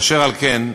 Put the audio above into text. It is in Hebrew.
אשר על כן,